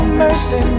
mercy